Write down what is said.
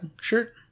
shirt